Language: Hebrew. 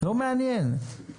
לא מעניין.